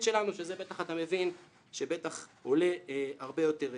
שלנו שזה אתה מבין בוודאי עולה הרבה יותר כסף.